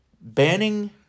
banning